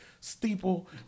steeple